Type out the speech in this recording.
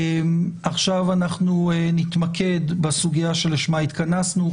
עכשיו אנחנו נתמקד בסוגיה שלשמה התכנסנו.